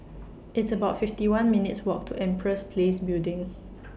It's about fifty one minutes' Walk to Empress Place Building